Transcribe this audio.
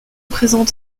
présentes